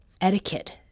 etiquette